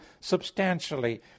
substantially